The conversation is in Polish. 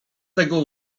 tego